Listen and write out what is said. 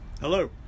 Hello